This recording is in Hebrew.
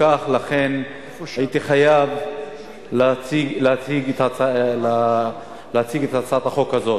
לכן הייתי חייב להציג את הצעת החוק הזאת.